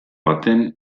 baten